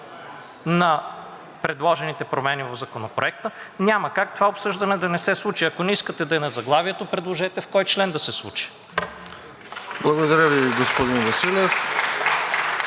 на предложените промени в Законопроекта, няма как това обсъждане да не се случи. Ако не искате да е на заглавието, предложете в кой член да се случи. (Ръкопляскания